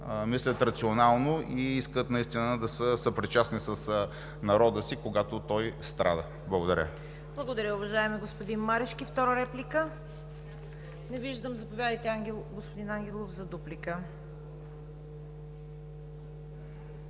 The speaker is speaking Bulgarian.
мислят рационално и искат наистина да са съпричастни с народа си, когато той страда. Благодаря. ПРЕДСЕДАТЕЛ ЦВЕТА КАРАЯНЧЕВА: Благодаря, уважаеми господин Марешки. Втора реплика? Не виждам. Заповядайте, господин Ангелов, за дуплика.